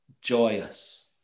joyous